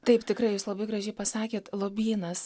taip tikrai jūs labai gražiai pasakėt lobynas